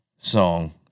song